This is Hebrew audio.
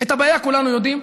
את הבעיה כולנו יודעים.